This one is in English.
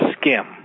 skim